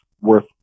worth